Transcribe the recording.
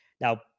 Now